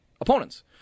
opponents